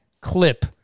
clip